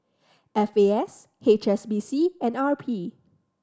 F A S H S B C and R P